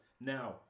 now